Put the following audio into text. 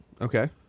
Okay